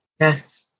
Yes